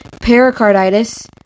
Pericarditis